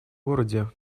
городе